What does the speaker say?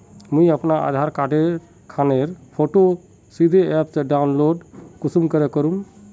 मुई अपना आधार कार्ड खानेर फोटो सीधे ऐप से डाउनलोड कुंसम करे करूम?